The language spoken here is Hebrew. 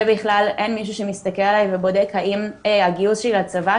ובכלל אין מישהו שמסתכל עלי ובודק האם הגיוס שלי לצבא,